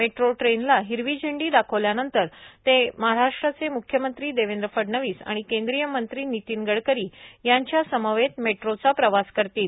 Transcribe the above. metro ट्रेनला हिरवी झेंडी ाखवल्यानंतर ते महाराष्ट्राचे म्ख्यमंत्री ेवेंद्र फडणवीस आणि केंद्रीय मंत्री नितीन गडकरी यांच्यासमवेत मेट्रोचा प्रवास करतील